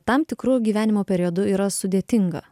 tam tikru gyvenimo periodu yra sudėtinga